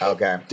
Okay